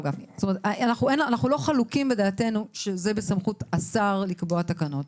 אנחנו לא חלוקים בדעתנו שזה בסמכות השר לקבוע תקנות,